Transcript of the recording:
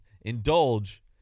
indulge